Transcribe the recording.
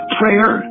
prayer